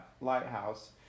lighthouse